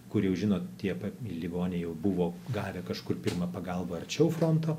kur jau žinot tie ligoniai jau buvo gavę kažkur pirmą pagalbą arčiau fronto